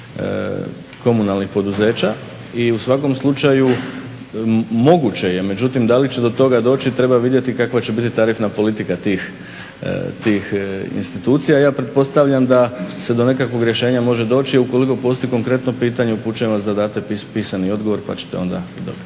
komunalnih poduzeća. I u svakom slučaju moguće je, međutim, da li će do toga doći treba vidjeti kakva će biti tarifna politika tih institucija. Ja pretpostavljam da se do nekakvog rješenja može doći ukoliko postoji konkretno pitanje. Upućujem vas da date pisani odgovor pa ćete onda dobiti.